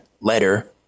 letter